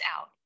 out